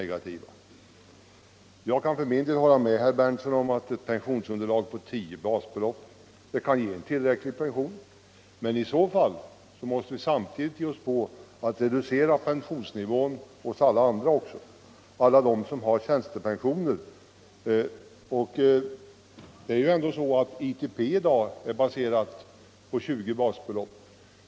Jag kan hålla med herr Berndtson om att ett pensionsunderlag på tio basbelopp kan ge en tillräcklig pension, men i så fall måste vi samtidigt ge oss på att reducera pensionsnivån hos alla andra, alla de som har tjänstepensioner. ITP är i dag baserat på 20 basbelopp.